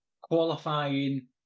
qualifying